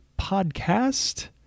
podcast